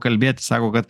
kalbėti sako kad